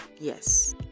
yes